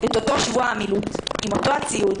את אותו שבוע המילוט עם אותו הציוד,